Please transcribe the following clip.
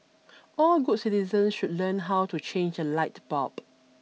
all good citizens should learn how to change a light bulb